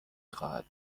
خواهد